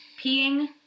peeing